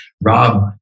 Rob